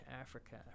Africa